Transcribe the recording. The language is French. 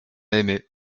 aimé